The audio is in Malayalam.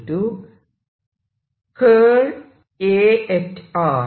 B Ar